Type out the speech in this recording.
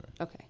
Okay